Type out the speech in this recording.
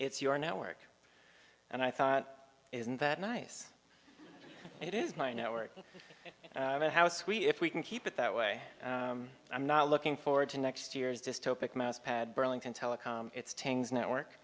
it's your network and i thought isn't that nice it is my network and the house we if we can keep it that way i'm not looking forward to next year's this topic mousepad burlington telecom it's tangs network